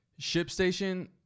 ShipStation